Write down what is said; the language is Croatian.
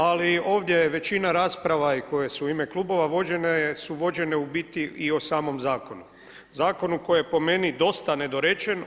Ali ovdje je većina rasprava i koje su u ime klubova vođene su vođene u biti i o samom zakonu, zakonu koji je po meni dosta nedorečen.